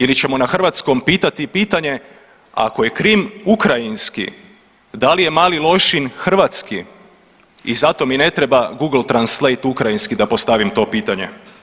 Ili ćemo na hrvatskom pitati pitanje ako je Krim ukrajinski da li je Mali Lošinj hrvatski i zato mi ne treba Google translate ukrajinski da postavim to pitanje.